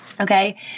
okay